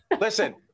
Listen